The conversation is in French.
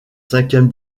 cinquième